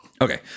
Okay